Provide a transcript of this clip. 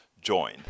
join